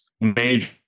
major